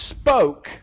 spoke